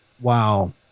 wow